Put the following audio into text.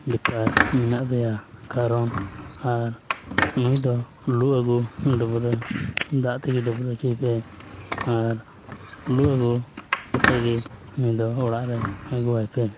ᱵᱮᱯᱟᱨ ᱢᱮᱱᱟᱜ ᱛᱟᱭᱟ ᱠᱟᱨᱚᱱ ᱟᱨ ᱱᱩᱭᱫᱚ ᱞᱩ ᱟᱹᱜᱩ ᱰᱟᱹᱵᱽᱨᱟᱹ ᱫᱟᱜ ᱛᱮᱜᱮ ᱰᱟᱹᱵᱽᱨᱟ ᱦᱚᱪᱚᱭᱮᱯᱮ ᱟᱨ ᱞᱩ ᱟᱹᱜᱩ ᱠᱟᱛᱮᱫ ᱜᱮ ᱱᱩᱭᱫᱚ ᱚᱲᱟᱜ ᱨᱮ ᱟᱹᱜᱩᱣᱟᱭ ᱯᱮ